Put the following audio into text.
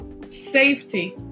safety